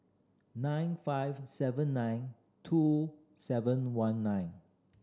nine five seven nine two seven one nine